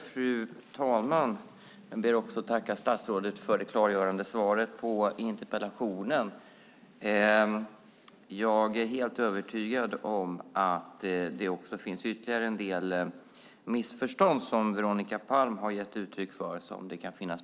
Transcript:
Fru talman! Jag ber att få tacka statsrådet för det klargörande svaret på interpellationen. Jag är helt övertygad om att det kan finnas behov av att klarlägga ytterligare en del missförstånd som Veronica Palm har gett uttryck för.